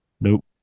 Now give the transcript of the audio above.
nope